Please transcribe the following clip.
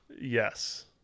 Yes